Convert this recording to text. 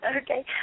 Okay